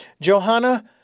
Johanna